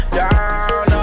down